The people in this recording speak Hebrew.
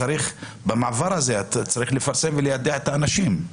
ובמעבר הזה צריך לפרסם וליידע את האנשים.